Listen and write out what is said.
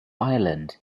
island